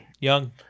Young